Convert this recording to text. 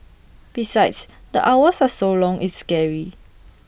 besides the hours are so long it's scary